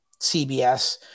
CBS